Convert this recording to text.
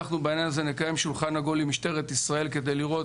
אנחנו בעניין הזה נקיים שולחן עגול עם משטרת ישראל כדי לראות